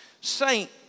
saint